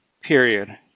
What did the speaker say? period